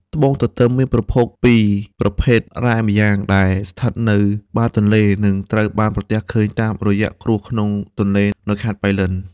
ត្បូងទទឹម មានប្រភពពីប្រភេទរ៉ែម្យ៉ាង ដែលស្ថិតនៅបាតទន្លេ និងត្រូវបានប្រទះឃើញតាមរយៈគ្រួសក្នុងទន្លេនៅខេត្តប៉ៃលិន។